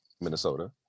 minnesota